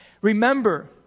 Remember